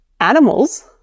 animals